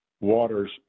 waters